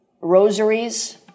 rosaries